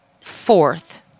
fourth